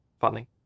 funny